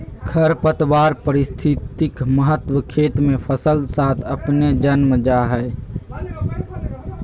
खरपतवार पारिस्थितिक महत्व खेत मे फसल साथ अपने जन्म जा हइ